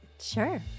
Sure